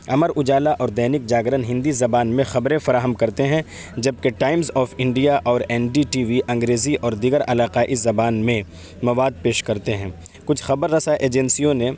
امر اجالا اور دینک جاگرن ہندی زبان میں خبریں فراہم کرتے ہیں جبکہ ٹائمس آف انڈیا اور این ڈی ٹی وی انگریزی اور دیگر علاقائی زبان میں مواد پیش کرتے ہیں کچھ خبر رساں ایجنسیوں نے